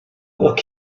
look